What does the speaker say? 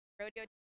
rodeo